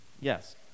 Yes